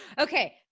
Okay